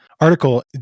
article